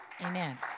Amen